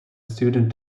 student